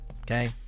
okay